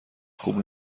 خوب